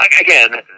again